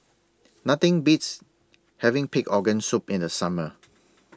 Nothing Beats having Pig Organ Soup in The Summer